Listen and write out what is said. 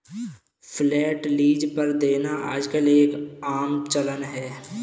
flat lease पर देना आजकल एक आम चलन है